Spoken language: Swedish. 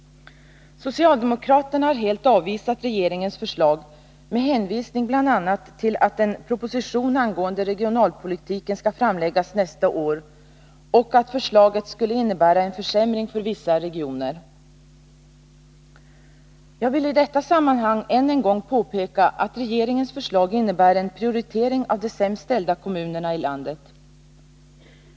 Socialdemokraterna har helt avvisat regeringens förslag med hänvisning bl.a. till att en proposition angående regionalpolitiken skall framläggas nästa år och att förslaget skulle innebära en försämring för vissa regioner. Jag vill i detta sammanhang än en gång påpeka att regeringens förslag innebär en prioritering av de sämst ställda kommunerna i landet.